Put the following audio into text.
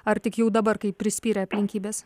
ar tik jau dabar kai prispyrė aplinkybės